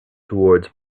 towards